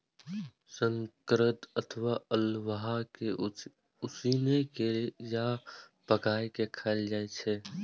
शकरकंद अथवा अल्हुआ कें उसिन के या पकाय के खायल जाए छै